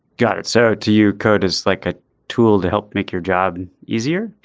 got it sir to you. code is like a tool to help make your job easier.